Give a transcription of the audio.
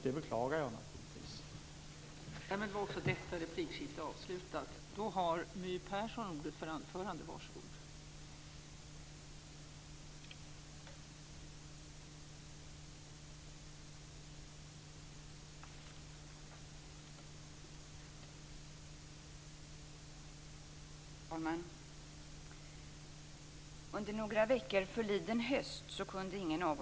Det beklagar jag naturligtvis.